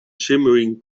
shimmering